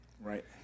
right